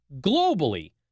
globally